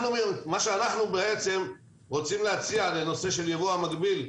מה שאנחנו רוצים להציע לנושא של היבוא המקביל,